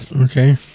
Okay